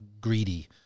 greedy